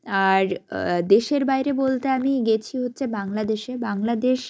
আর দেশের বাইরে বলতে আমি গিয়েছি হচ্ছে বাংলাদেশে বাংলাদেশ